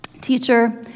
Teacher